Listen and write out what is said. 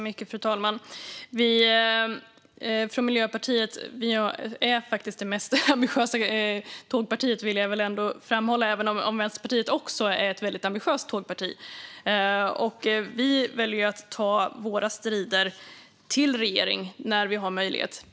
Fru talman! Miljöpartiet är faktiskt det mest ambitiösa tågpartiet, vill jag ändå framhålla, även om Vänsterpartiet också är ett väldigt ambitiöst tågparti. Vi väljer att ta våra strider till regeringen när vi har möjlighet.